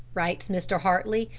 writes mr. hartly,